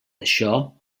això